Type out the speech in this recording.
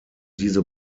diese